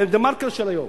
ב"דה-מרקר" של היום: